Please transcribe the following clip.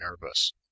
nervous